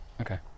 Okay